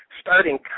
starting